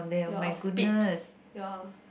your spit your